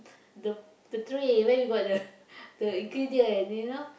the the tray where we got the the ingredient you know